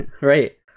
Right